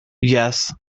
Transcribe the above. yes